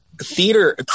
theater